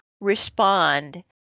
respond